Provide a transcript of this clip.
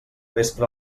vespre